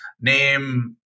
name